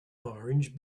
orange